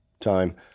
time